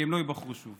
כי הם לא ייבחרו שוב.